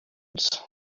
nzu